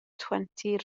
twenty